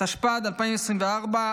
התשפ"ד 2024,